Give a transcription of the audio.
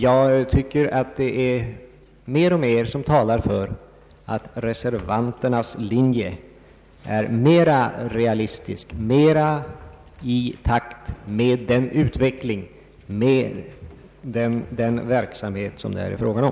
Jag tycker att det är mer och mer som talar för att reservanternas linje är mera realistisk, mer i takt med utvecklingen och med den verksamhet som det här är fråga om.